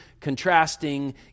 contrasting